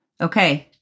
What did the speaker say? Okay